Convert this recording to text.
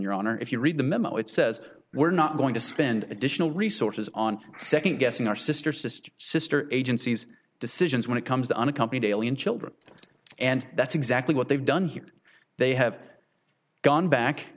your honor if you read the memo it says we're not going to spend additional resources on nd guessing our sister sister sister agencies decisions when it comes to unaccompanied alien children and that's exactly what they've done here they have gone back